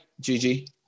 Gigi